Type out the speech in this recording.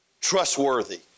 trustworthy